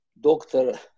doctor